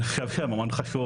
אני חושב שמאוד חשוב,